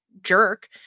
jerk